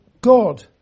God